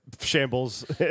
shambles